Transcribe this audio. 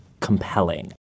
compelling